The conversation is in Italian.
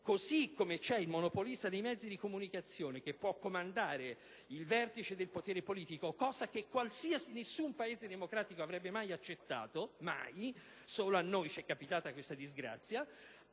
Così come vi è il monopolista dei mezzi di comunicazione, che può comandare il vertice del potere politico, cosa che nessun altro Paese democratico avrebbe mai accettato - solo a noi è capitata questa disgrazia